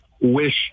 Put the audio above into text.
wish